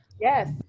Yes